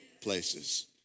places